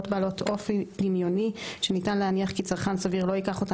בעלות אופי דמיוני שניתן להניח כי צרכן סביר לא ייקח אותן